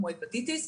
כמו הפטיטיס,